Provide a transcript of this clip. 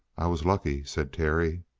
i was lucky, said terry.